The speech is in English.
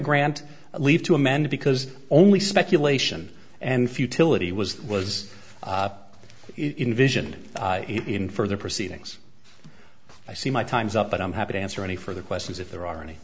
grant leave to a man because only speculation and futility was that was envisioned in further proceedings i see my time's up but i'm happy to answer any further questions if there are any